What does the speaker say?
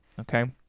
okay